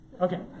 Okay